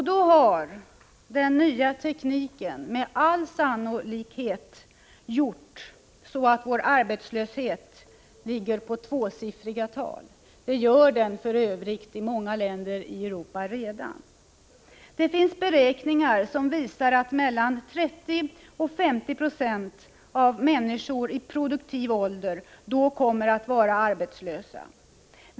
Då har den nya tekniken med all sannolikhet föranlett att vår arbetslöshet i procent räknat ligger på tvåsiffriga tal — det gör den för övrigt redan i många länder i Europa. Det finns beräkningar som visar att mellan 30 och 50 96 av människorna i produktiv ålder då kommer att vara arbetslösa.